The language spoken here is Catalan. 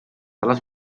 ales